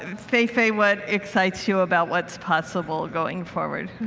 faye faye, what excites you about what's possible going forward?